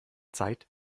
zeit